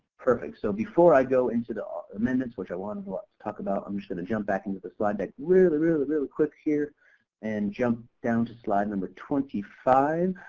perfect so before i go into the amendments which i want to ah talk about i'm just going to jump back into the slide deck really, really, really quick here and jump down to slide number twenty five.